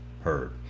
heard